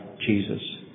Jesus